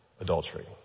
adultery